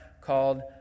Called